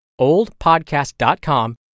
oldpodcast.com